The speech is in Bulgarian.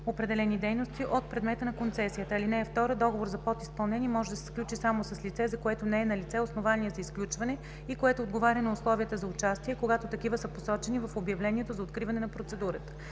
определени дейности от предмета на концесията. (2) Договор за подизпълнение може да се сключи само с лице, за което не е налице основание за изключване и което отговаря на условията за участие, когато такива са посочени в обявлението за откриване на процедурата.